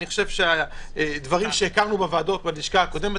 אני חושב שהדברים שהכרנו בוועדות בלשכה הקודמת,